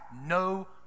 no